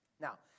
Now